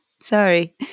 Sorry